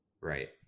right